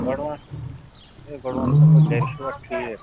گۄڈٕ وَن ہے گۄڈٕ وَن سا مےٚ گَرِ چھُوا ٹھیٖک